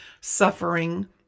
suffering